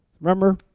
Remember